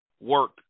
work